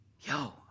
yo